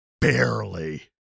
barely